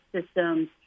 systems